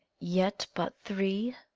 yet but three?